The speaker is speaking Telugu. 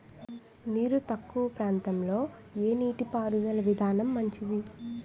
నీరు తక్కువ ప్రాంతంలో ఏ నీటిపారుదల విధానం మంచిది?